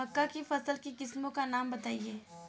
मक्का की फसल की किस्मों का नाम बताइये